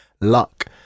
luck